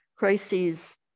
Crises